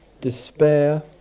despair